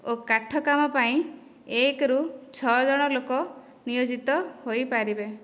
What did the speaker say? ଓ କାଠ କାମ ପାଇଁ ଏକ ରୁ ଛ ଜଣ ଲୋକ ନିୟୋଜିତ ହୋଇପାରିବେ